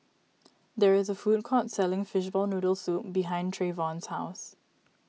there is a food court selling Fishball Noodle Soup behind Treyvon's house